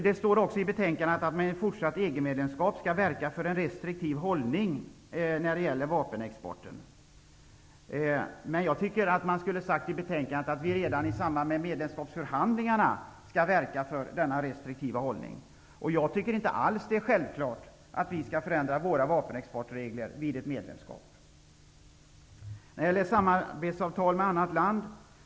Det står också i betänkandet att man vid ett EG medlemskap skall verka för en restriktiv hållning när det gäller vapenexporten. Men jag tycker att man i betänkandet skulle ha sagt att vi redan i samband med medlemskapsförhandlingarna skall verka för denna restriktiva hållning. Jag tycker inte alls att det är självklart att vi skall förändra våra vapenexportregler vid ett medlemskap. Det är bra att det införs tillståndskrav i samarbetsavtal med annat land.